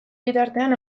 bitartean